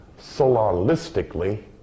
solaristically